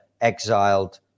exiled